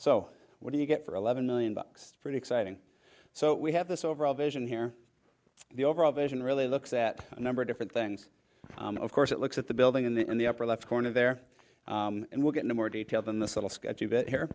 so what do you get for eleven million bucks pretty exciting so we have this overall vision here the overall vision really looks at a number of different things of course it looks at the building in the upper left corner there and we'll get into more detail than this little sketch